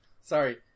Sorry